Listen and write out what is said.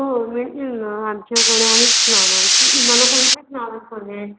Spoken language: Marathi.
हो मिळतील ना आमच्याकडे आहेत फ्लावर्स तुम्हाला कोणते फ्लावर्स पाहिजेत